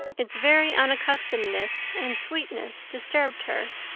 its very unaccustomedness and sweetness disturbed her.